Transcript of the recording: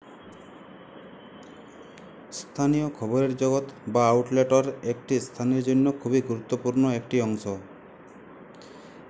স্থানীয় খবরের জগৎ বা আউটলেটর একটি স্থানের জন্য খুবই গুরুত্বপূর্ণ একটি অংশ